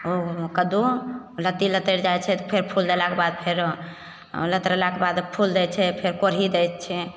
ओहोमे कद्दू लत्ती लतरि जाइत छै तऽ फेर फुल देलाके बाद फेरो लतरलाके बाद फुल दै छै फेर कोढ़ी दै छै